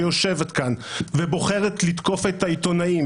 שיושבת כאן ובוחרת לתקוף את העיתונאים